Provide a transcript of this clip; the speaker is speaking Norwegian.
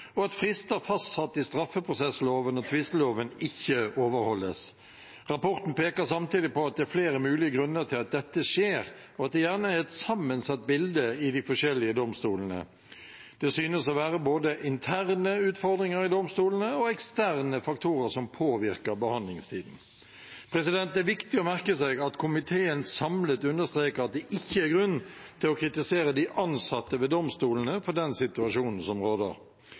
og at frister fastsatt i straffeprosessloven og tvisteloven ikke overholdes. Rapporten peker samtidig på at det er flere mulige grunner til at dette skjer, og at det gjerne er et sammensatt bilde i de forskjellige domstolene. Det synes å være både interne utfordringer i domstolene og eksterne faktorer som påvirker behandlingstiden. Det er viktig å merke seg at komiteen samlet understreker at det ikke er grunn til å kritisere de ansatte ved domstolene for den